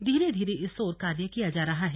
धीरे धीरे इस ओर कार्य किया जा रहा है